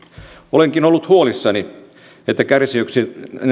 olenkin ollut huolissani että kärsijöiksi